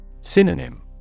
Synonym